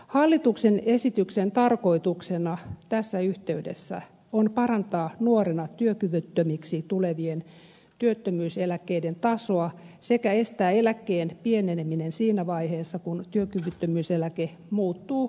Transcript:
hallituksen esityksen tarkoituksena tässä yhteydessä on parantaa nuorena työkyvyttömiksi tulevien työttömyyseläkkeiden tasoa sekä estää eläkkeen pieneneminen siinä vaiheessa kun työkyvyttömyyseläke muuttuu vanhuuseläkkeeksi